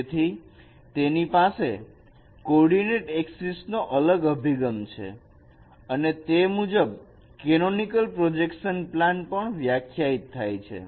તેથી તેની પાસે કોર્ડીનેટ એક્સિસ નો અલગ અભિગમ છે અને તે મુજબ કેનોનિકલ પ્રોજેક્શન પ્લાન પણ વ્યાખ્યાયિત થાય છે